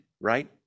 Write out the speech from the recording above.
right